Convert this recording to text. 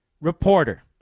reporter